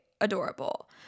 Adorable